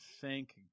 Thank